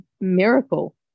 miracle